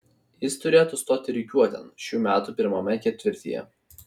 jis turėtų stoti rikiuotėn šių metų pirmame ketvirtyje